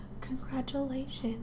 Congratulations